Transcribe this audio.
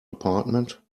apartment